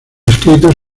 escritos